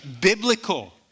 biblical